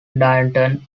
dayton